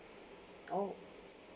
oh